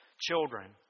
children